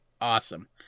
awesome